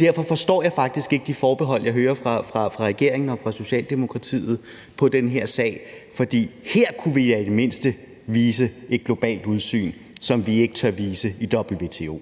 Derfor forstår jeg faktisk ikke de forbehold, jeg hører fra regeringen og fra Socialdemokratiet i den her sag, for her kunne vi da i det mindste vise et globalt udsyn, som vi ikke tør vise i WTO.